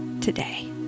today